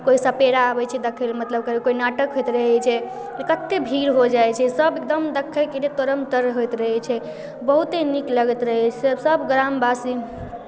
कोइ सपेरा अबै छै देखैले मतलब कोइ नाटक होइत रहै छै तऽ कतेक भीड़ हो जाइ छै सभ एकदम देखैके लिए तरमतर होइत रहै छै बहुते नीक लगैत रहै छै सभ ग्रामवासी